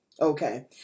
Okay